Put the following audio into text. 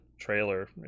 trailer